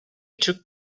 took